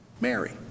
Mary